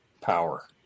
power